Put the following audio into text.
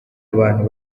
abantu